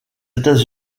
états